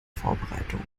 vorbereitung